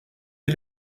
est